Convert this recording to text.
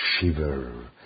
shiver